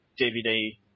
DVD